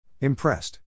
Impressed